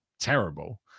terrible